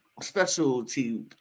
specialty